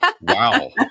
Wow